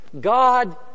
God